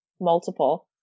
multiple